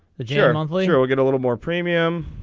the journal later we'll get a little more premium.